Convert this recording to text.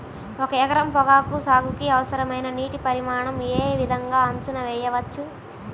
ఒక ఎకరం పొగాకు సాగుకి అవసరమైన నీటి పరిమాణం యే విధంగా అంచనా వేయవచ్చు?